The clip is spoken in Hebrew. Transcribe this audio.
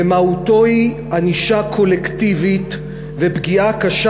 ומהותו היא ענישה קולקטיבית ופגיעה קשה